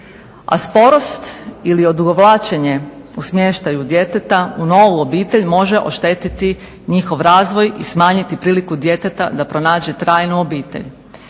A sporost ili odugovlačenje u smještaju djeteta u novu obitelj može oštetiti njihov razvoj i smanjiti priliku djeteta da pronađe trajnu obitelj.